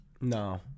No